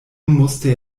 musste